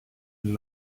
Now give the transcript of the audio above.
and